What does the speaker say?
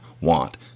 want